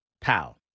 Pow